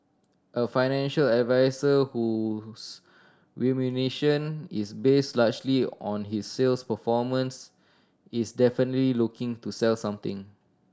a financial advisor whose remuneration is based largely on his sales performance is definitely looking to sell something